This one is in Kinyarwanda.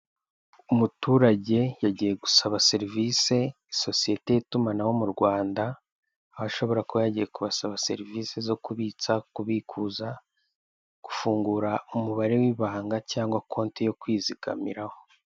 Umuturage yagiye gusaba serivise sosiyete y'itumanaho mu Rwanda, aho ashobora kuba yagiye kubasaba serivise zo kubitsa, kubikuza, gufungura umubare w'ibanga cyangwa konte yo kwizigamiraho.